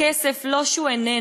הכסף, זה לא שהוא איננו.